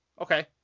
Okay